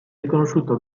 riconosciuto